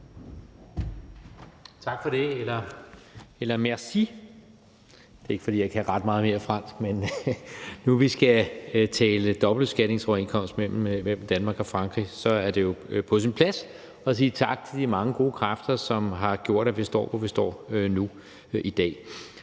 Tak for det – eller merci. Det er ikke, fordi jeg kan ret meget mere fransk, men nu hvor vi skal tale om dobbeltbeskatningsoverenskomst mellem Danmark og Frankrig, er det jo på sin plads at sige tak til de mange gode kræfter, som har gjort, at vi står, hvor vi står nu i dag.